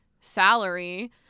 salary